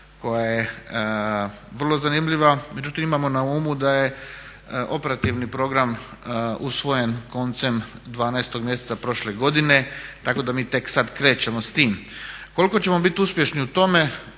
koja je vrlo zanimljiva. Međutim, imamo na umu da je operativni program usvojen koncem 12. mjeseca prošle godine tako da mi tek sada krećemo sa time. Koliko ćemo biti uspješni u tome